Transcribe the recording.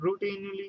routinely